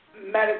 Medical